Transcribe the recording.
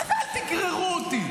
מה זה אל תגררו אותי?